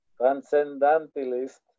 transcendentalist